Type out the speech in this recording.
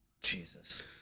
Jesus